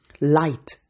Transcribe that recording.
Light